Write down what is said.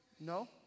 no